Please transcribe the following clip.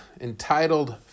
entitled